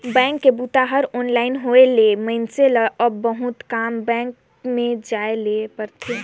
bank के बूता हर ऑनलाइन होए ले मइनसे ल अब बहुत कम बेंक में जाए ले परथे